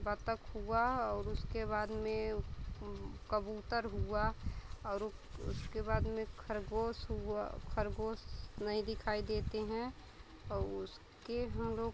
बत्तख़ हुआ और उसके बाद में कबूतर हुआ और उ उसके बाद में खरगोश हुआ खरगोश नहीं दिखाई देते हैं और उसके हम लोग